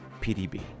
PDB